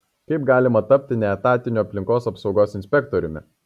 kaip galima tapti neetatiniu aplinkos apsaugos inspektoriumi